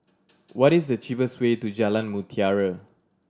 what is the cheapest way to Jalan Mutiara